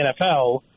NFL